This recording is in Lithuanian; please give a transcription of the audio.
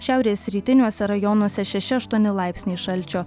šiaurės rytiniuose rajonuose šeši aštuoni laipsniai šalčio